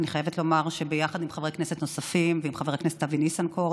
אני חייבת לומר שביחד עם חברי כנסת נוספים ועם חבר הכנסת אבי ניסנקורן,